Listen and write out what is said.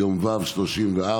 ביום ו' 34,